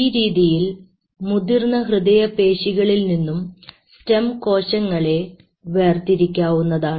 ഈ രീതിയിൽ മുതിർന്ന ഹൃദയപേശികളിൽ നിന്നും സ്റ്റം കോശങ്ങളെ വേർതിരിക്കാവുന്നതാണ്